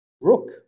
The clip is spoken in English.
rook